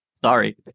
Sorry